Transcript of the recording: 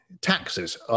taxes